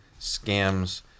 scams